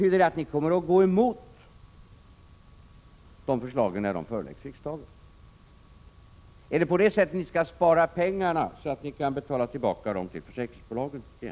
Betyder det att ni kommer att gå emot de förslagen när de föreläggs riksdagen? Är det på det sättet ni skall spara pengarna, så att ni kan betala tillbaka dem till försäkringsbolagen?